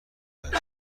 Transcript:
است